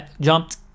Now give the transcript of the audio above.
jumped